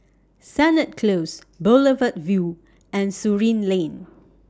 Sennett Close Boulevard Vue and Surin Lane